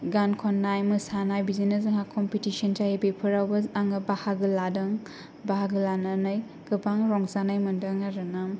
गान खननाय मोसानाय बिदिनो जोंहा कमपिटिसन जायो बेफोरावबो आहो बाहागो लादों बाहागो लानानै गोबां रंजानाय मोन्दों आरोना